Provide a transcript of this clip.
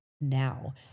now